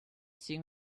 seeing